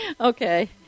okay